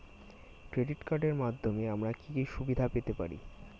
Credit কার্ডের মাধ্যমে আমি কি কি সুবিধা পেতে পারি?